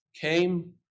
came